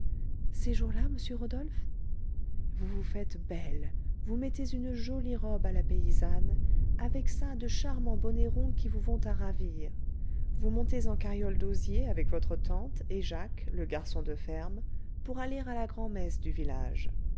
ces jours-là monsieur rodolphe vous vous faites belle vous mettez une jolie robe à la paysanne avec ça de charmants bonnets ronds qui vous vont à ravir vous montez en carriole d'osier avec votre tante et jacques le garçon de ferme pour aller à la grand-messe du village